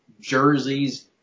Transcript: Jersey's